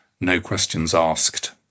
no-questions-asked